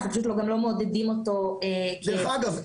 גם לא מעודדים אותו --- דרך אגב,